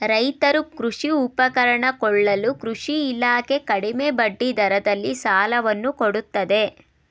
ರೈತರು ಕೃಷಿ ಉಪಕರಣ ಕೊಳ್ಳಲು ಕೃಷಿ ಇಲಾಖೆ ಕಡಿಮೆ ಬಡ್ಡಿ ದರದಲ್ಲಿ ಸಾಲವನ್ನು ಕೊಡುತ್ತದೆ